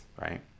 right